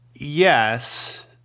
Yes